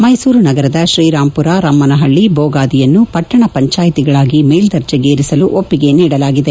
ಮೈಸೂರು ನಗರದ ತ್ರೀರಾಂಪುರ ರಮ್ನಪಳ್ಲಿ ಬೋಗಾದಿಯನ್ನು ಪಟ್ಟಣ ಪಂಚಾಯಿತಿಗಳಾಗಿ ಮೇಲ್ವರ್ಜೆಗೇರಿಸಲು ಒಪ್ಪಿಗೆ ನೀಡಲಾಗಿದೆ